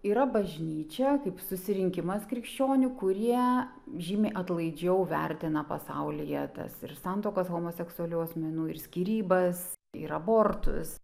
yra bažnyčia kaip susirinkimas krikščionių kurie žymiai atlaidžiau vertina pasaulyje tas ir santuokas homoseksualių asmenų ir skyrybas ir abortus